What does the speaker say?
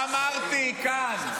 אמרתי כאן: